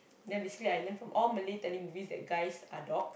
then basically I learn from all Malay telemovies that guys are dogs